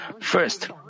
First